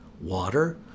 Water